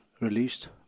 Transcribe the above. released